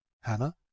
Hannah